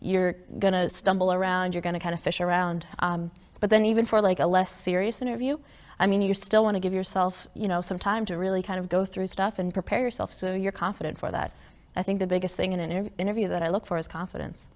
you're going to stumble around you're going to kind of fish around but then even for like a less serious interview i mean you still want to give yourself you know some time to really kind of go through stuff and prepare yourself so you're confident for that i think the biggest thing in every interview that i look for is confidence